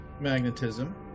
magnetism